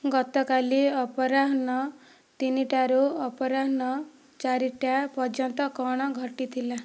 ଗତକାଲି ଅପରାହ୍ନ ତିନିଟାରୁ ଅପରାହ୍ନ ଚାରିଟା ପର୍ଯ୍ୟନ୍ତ କ'ଣ ଘଟିଥିଲା